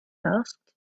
asked